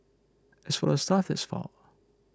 as for the stuff that's found